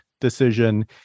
decision